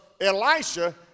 Elisha